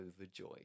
overjoyed